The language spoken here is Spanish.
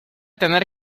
tener